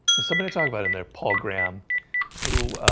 is somebody talking about in their paul graham who?